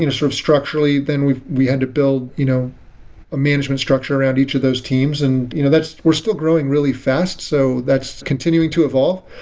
you know sort of structurally then we we had to build you know a management structure at each of those teams. and you know we're still growing really fast, so that's continuing to evolve.